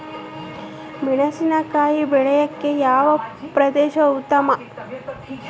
ಮೆಣಸಿನಕಾಯಿ ಬೆಳೆಯೊಕೆ ಯಾವ ಪ್ರದೇಶ ಉತ್ತಮ?